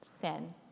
sin